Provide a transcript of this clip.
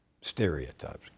stereotypes